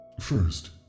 First